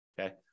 Okay